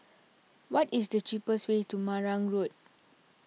what is the cheapest way to Marang Road